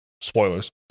spoilers